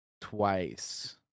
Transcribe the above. twice